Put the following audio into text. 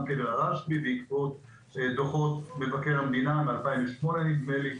קבר הרשב"י בעקבות דוחות מבקר המדינה מ-2008 נדמה לי,